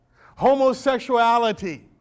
homosexuality